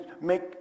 make